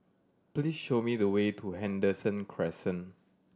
please show me the way to Henderson Crescent